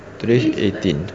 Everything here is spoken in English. today is eighteen